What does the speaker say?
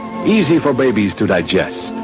easy for babies to digest,